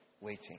waiting